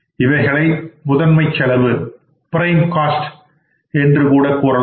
இவைகளை prime cost என்று கூட கூறலாம்